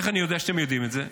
איך אני יודע שאתם יודעים את זה?